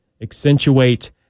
accentuate